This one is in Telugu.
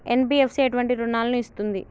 ఎన్.బి.ఎఫ్.సి ఎటువంటి రుణాలను ఇస్తుంది?